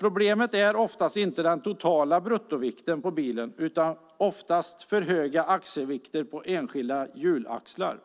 Problemet är oftast inte den totala bruttovikten på bilen utan för höga axelvikter på enskilda hjulaxlar.